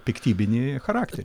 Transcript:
piktybinį charakterį